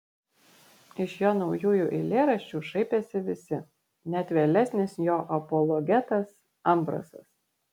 iš jo naujųjų eilėraščių šaipėsi visi net vėlesnis jo apologetas ambrasas